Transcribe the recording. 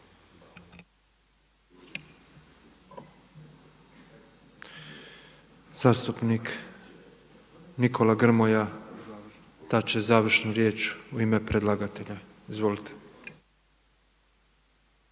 Zastupnik Nikola Grmoja, dati će završnu riječ u ime predlagatelja. **Grmoja,